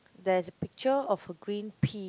there's a picture of a green pea